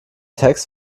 text